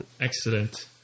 Excellent